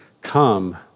come